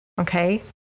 okay